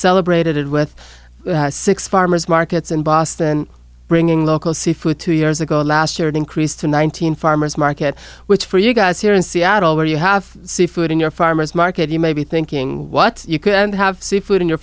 celebrated with six farmers markets in boston bringing local seafood two years ago last year it increased to nineteen farmer's market which for you guys here in seattle where you have seafood in your farmer's market you may be thinking what you could have seafood in your